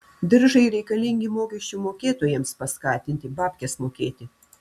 diržai reikalingi mokesčių mokėtojams paskatinti babkes mokėti